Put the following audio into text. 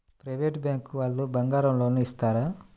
Private bank వాళ్ళు బంగారం loan ఇస్తారా?